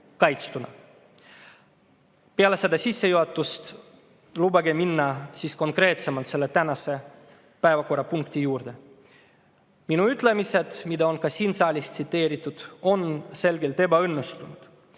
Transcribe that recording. Peale seda sissejuhatust lubage minna konkreetsemalt selle tänase päevakorrapunkti juurde. Minu ütlemised, mida on ka siin saalis tsiteeritud, olid selgelt ebaõnnestunud.